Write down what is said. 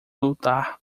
lutar